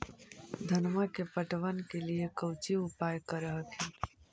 धनमा के पटबन के लिये कौची उपाय कर हखिन?